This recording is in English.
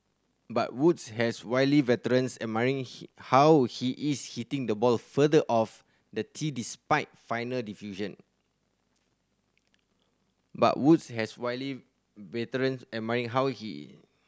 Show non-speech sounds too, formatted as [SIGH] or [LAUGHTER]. but Woods has wily veterans admiring he how he is hitting the ball further off the tee despite final [UNINTELLIGIBLE] but Woods has wily veterans admiring how he